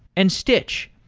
and stitch.